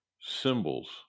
symbols